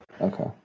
Okay